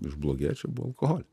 iš blogiečių buo alkoholi